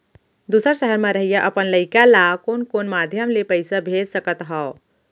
दूसर सहर म रहइया अपन लइका ला कोन कोन माधयम ले पइसा भेज सकत हव?